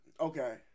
Okay